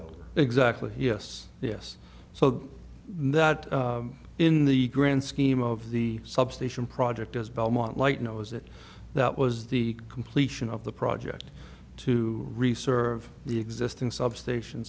describing exactly yes yes so that in the grand scheme of the substation project as belmont light knows that that was the completion of the project to research the existing substation